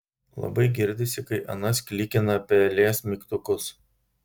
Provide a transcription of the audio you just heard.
labai girdisi kai anas klikina pelės mygtukus